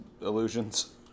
illusions